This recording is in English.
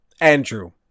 Andrew